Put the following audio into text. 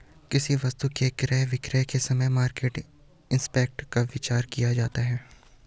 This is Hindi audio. किसी वस्तु के क्रय विक्रय के समय मार्केट इंपैक्ट का विचार किया जाता है